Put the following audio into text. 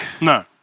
No